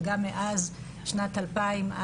וגם מאז שנת אלפיים,